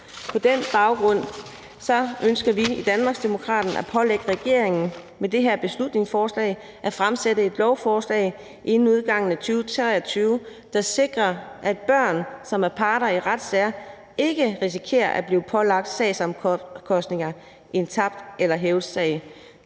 På den baggrund ønsker vi i Danmarksdemokraterne med det her beslutningsforslag at pålægge regeringen at fremsætte et lovforslag inden udgangen af 2023, der sikrer, at børn, som er parter i retssager, ikke risikerer at blive pålagt sagsomkostninger i en tabt eller hævet sag,